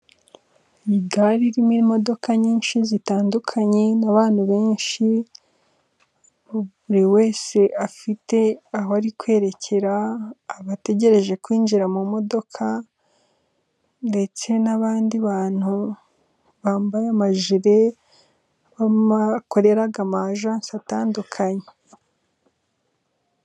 Iyi gare irimo imodoka nyinshi zitandukanye n'abantu benshi. Buri wese afite aho ari kwerekeza. Abategereje kwinjira mu modoka ndetse n'abandi bantu bambaye amajire bakorera ma Agency zitandukanye.